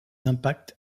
impacts